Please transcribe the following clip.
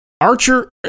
Archer